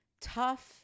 tough